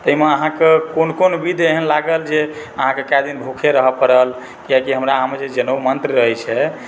ताहिमे अहाँके कोन कोन विध एहन लागल जे अहाँकेँ कए दिन भुखे रहए पड़ल कियाकि हमरा आरमे जे जनउ मन्त्र रहै छै